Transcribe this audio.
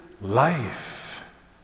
life